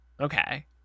okay